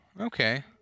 Okay